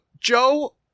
Joe